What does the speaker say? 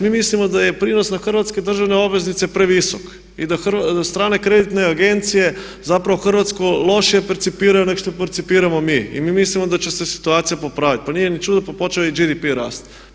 Mi mislimo da je prinos na hrvatske državne obveznice previsok i da strane kreditne agencije zapravo hrvatsku loše percipiraju nego što percipiramo mi i mi mislimo da će se situacija popraviti, pa nije čudo, pa počeo je i GDP rasti.